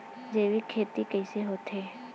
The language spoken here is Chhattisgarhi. जैविक खेती कइसे होथे?